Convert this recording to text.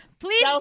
Please